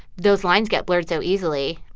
those lines get blurred so easily.